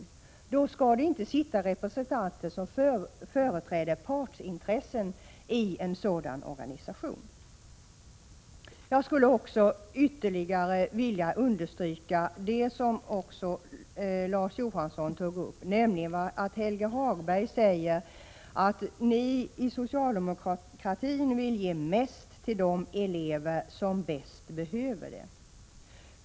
I en sådan organisation skall det inte sitta representanter som företräder partsintressen. Jag skulle dessutom ytterligare vilja understryka det som också Larz Johansson tog upp, nämligen att Helge Hagberg säger att man i socialdemokratin vill ge mest till de elever som bäst behöver det.